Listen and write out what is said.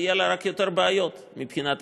יהיו לה רק יותר בעיות מבחינה תקציבית.